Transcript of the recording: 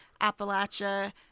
Appalachia